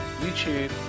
YouTube